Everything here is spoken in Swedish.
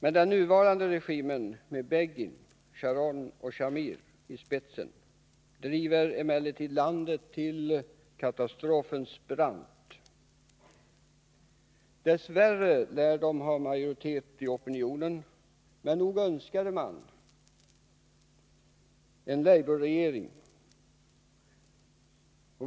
Men den nuvarande regimen med Begin, Sharon och Shamir i spetsen driver landet till katastrofens brant. Dess värre lär de ha majoritet i opinionen, men nog önskade man en labourregering.